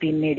പിയും നേടി